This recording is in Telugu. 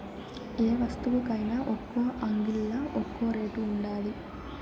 యే వస్తువుకైన ఒక్కో అంగిల్లా ఒక్కో రేటు ఉండాది